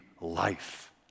life